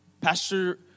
Pastor